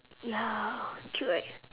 ya cute right